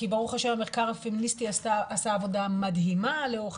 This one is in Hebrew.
כי ברוך השם המחקר הפמיניסטי עשה עבודה מדהימה לאורך